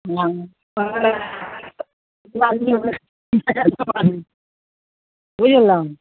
नहि पार लगा लगा दिऔ नहि बुझलहुँ